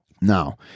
Now